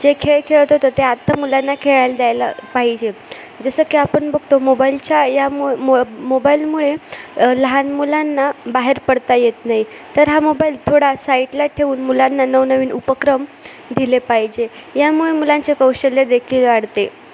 जे खेळ खेळत होतो ते आत्ता मुलांना खेळायला द्यायला पाहिजे जसं की आपण बघतो मोबाईलच्या यामु मो मोबाईलमुळे लहान मुलांना बाहेर पडता येत नाही तर हा मोबाईल थोडा साईटला ठेवून मुलांना नवनवीन उपक्रम दिले पाहिजे यामुळे मुलांचे कौशल्य देखील वाढते